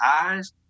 eyes